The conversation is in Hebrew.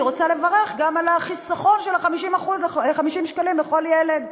אני רוצה לברך גם על החיסכון של 50 השקלים לכל ילד.